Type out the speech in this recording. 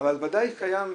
אבל ודאי קיים,